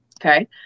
Okay